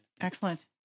Excellent